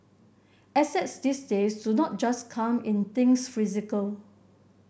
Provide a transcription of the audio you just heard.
assets these days do not just come in things physical